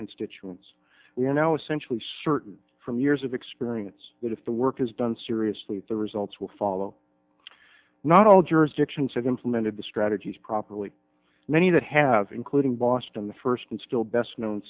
constituents we are now essentially certain from years of experience that if the work is done seriously the results will follow not all jurisdictions have implemented the strategies properly many that have including boston the first and still best known